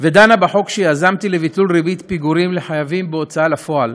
ודנה בחוק שיזמתי לביטול ריבית פיגורים לחייבים בהוצאה לפועל